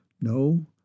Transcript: no